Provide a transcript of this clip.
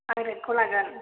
आं रेदखौ लागोन